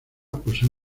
posee